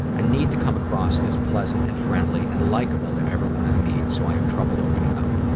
i need to come across as pleasant and friendly and likable to everyone i meet so i have trouble opening up.